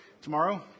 Tomorrow